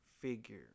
figure